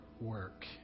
work